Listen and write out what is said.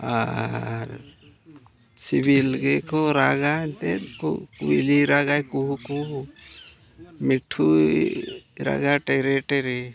ᱟᱨ ᱥᱤᱵᱤᱞ ᱜᱮᱠᱚ ᱨᱟᱜᱟ ᱮᱱᱛᱮᱫ ᱠᱩᱭᱞᱤᱭ ᱨᱟᱜᱟ ᱠᱩᱦᱩ ᱠᱩᱦᱩ ᱢᱤᱴᱷᱩᱭ ᱨᱟᱜᱟ ᱴᱮᱨᱮ ᱴᱮᱨᱮ